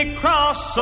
cross